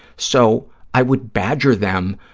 so, i would badger them